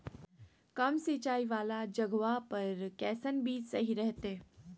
कम सिंचाई वाला जगहवा पर कैसन बीज सही रहते?